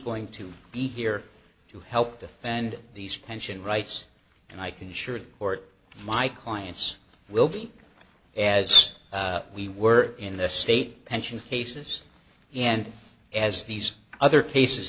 going to be here to help defend these pension rights and i can sure the court my clients will be as we were in the state pension cases and as these other cases